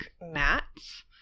mats